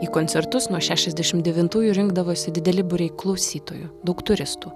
į koncertus nuo šešiasdešim devintųjų rinkdavosi dideli būriai klausytojų daug turistų